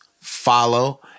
follow